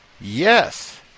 Yes